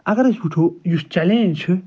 اگر أسۍ وُچھَو یُس چَلینج چھِ